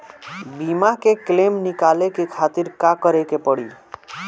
बीमा के क्लेम निकाले के खातिर का करे के पड़ी?